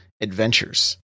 Adventures